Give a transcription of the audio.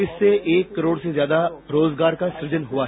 इससे एक करोड़ से ज्यादा राजेगार का सृजन हुआ है